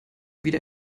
wieder